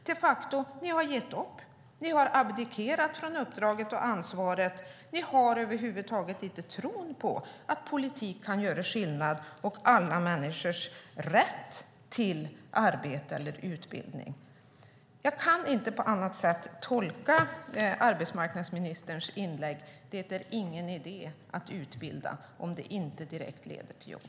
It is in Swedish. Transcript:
Ni har de facto gett upp. Ni har abdikerat från uppdraget och ansvaret. Ni har över huvud taget inte tron på att politik kan göra skillnad och på alla människors rätt till arbete eller utbildning. Jag kan inte på annat sätt tolka arbetsmarknadsministerns inlägg än så här: Det är ingen idé att utbilda om det inte direkt leder till jobb.